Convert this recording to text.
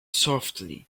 softly